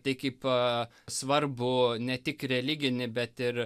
tai kaip a svarbu ne tik religinį bet ir